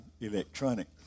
electronic